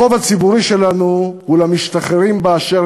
החוב הציבורי שלנו הוא למשתחררים באשר